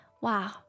wow